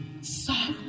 soft